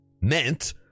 meant